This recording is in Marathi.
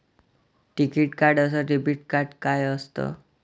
टिकीत कार्ड अस डेबिट कार्ड काय असत?